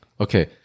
Okay